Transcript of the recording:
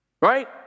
Right